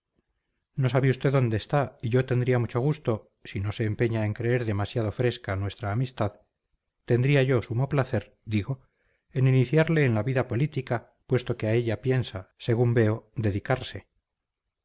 no sabe usted dónde está y yo tendría mucho gusto si no se empeña en creer demasiado fresca nuestra amistad tendría yo sumo placer digo en iniciarle en la vida política puesto que a ella piensa según veo dedicarse